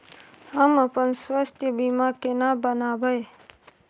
हम अपन स्वास्थ बीमा केना बनाबै?